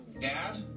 Dad